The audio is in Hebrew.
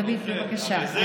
דוד, בבקשה.